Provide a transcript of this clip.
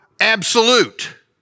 absolute